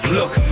look